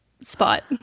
spot